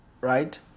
right